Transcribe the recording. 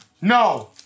No